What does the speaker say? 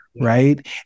right